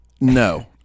No